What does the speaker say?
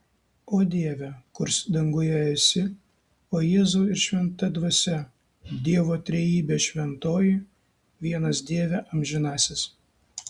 o dieve kurs danguje esi o jėzau ir šventa dvasia dievo trejybe šventoji vienas dieve amžinasis